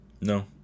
No